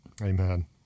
Amen